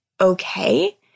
okay